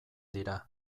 dira